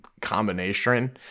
combination